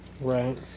Right